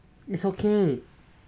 is okay